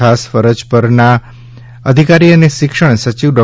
ખાસ ફરજ પરના અધિકારી અને શિક્ષણ સચિવ ડૉ